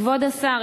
כבוד השר,